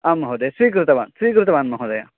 आम् महोदय स्वीकृतवान् स्वीकृतवान् महोदय